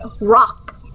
rock